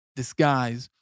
disguise